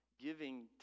giving